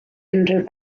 unrhyw